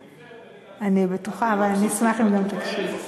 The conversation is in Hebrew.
אענה לך, תאמיני לי, לתפארת מדינת